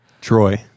troy